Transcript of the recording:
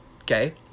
okay